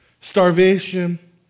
starvation